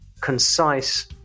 concise